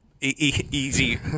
easy